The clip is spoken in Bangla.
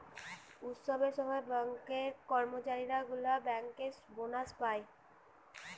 উৎসবের সময় ব্যাঙ্কের কর্মচারী গুলা বেঙ্কার্স বোনাস পায়